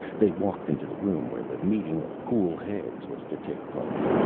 they walked into the room where the meeting of cool heads was to take place.